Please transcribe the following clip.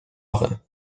marins